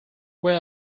where